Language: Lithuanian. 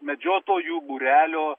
medžiotojų būrelio